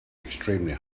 extremely